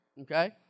okay